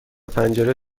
پنجره